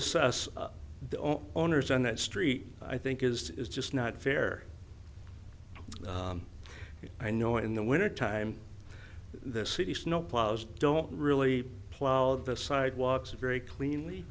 assess the owners on that street i think is is just not fair i know in the wintertime the city snowplows don't really plow the sidewalks very cleanly